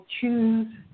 choose